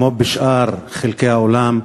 כמו בשאר חלקי העולם,